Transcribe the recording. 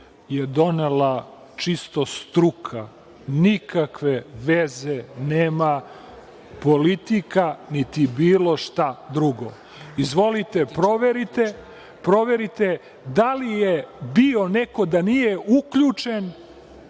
je donela čisto struka. Nikakve veze nema politika, niti bilo šta drugo. Izvolite, proverite. Proverite da li je bio neko da nije uključen